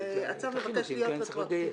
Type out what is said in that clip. הצו מבקש להיות רטרואקטיבית.